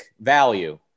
value